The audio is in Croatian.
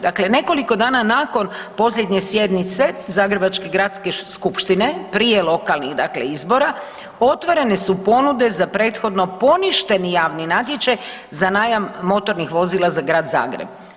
Dakle, nekoliko dana nakon posljednje sjednice Zagrebačke gradske skupštine, prije lokalnih dakle izbora, otvorene su ponude za prethodno poništeni javni natječaj za najam motornih vozila za Grad Zagreb.